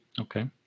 Okay